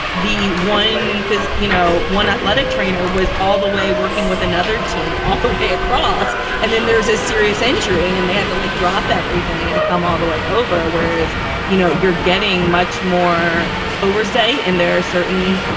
the one is you know, one athletic trainer was all the way working with another team all the way across and then there's a serious injury and they had to like drop everything and come all the way over. whereas you know, you're getting much more over, say, and they're certain.